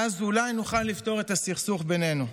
אולי נוכל לפתור את הסכסוך בינינו.